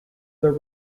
there